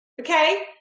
Okay